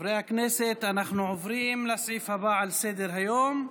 חברי הכנסת, אנחנו עוברים לסעיף הבא על סדר-היום,